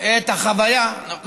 את החוויה, יוסי, זו תשובה והצבעה?